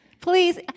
Please